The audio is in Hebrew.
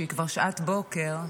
שהיא כבר שעת בוקר,